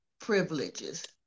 privileges